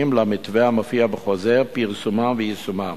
למתווה המופיע בחוזר פרסומם ויישומם.